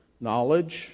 Knowledge